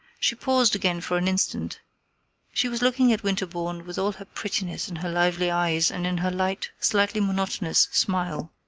she paused again for an instant she was looking at winterbourne with all her prettiness in her lively eyes and in her light, slightly monotonous smile.